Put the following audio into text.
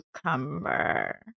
cucumber